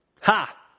Ha